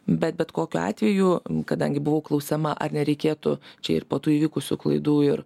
bet bet kokiu atveju kadangi buvau klausiama ar nereikėtų čia ir po tų įvykusių klaidų ir